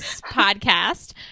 podcast